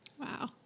Wow